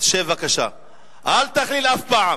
אל תכליל אף פעם.